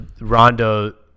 rondo